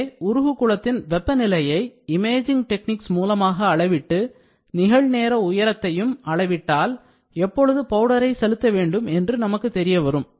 எனவே உருகு குளத்தின் வெப்பநிலையை imaging techniques மூலமாக அளவிட்டு நிகழ்நேர உயரத்தையும் அளவிட்டால் எப்பொழுது பவுடரை செலுத்த வேண்டும் என்று நமக்கு தெரியவரும்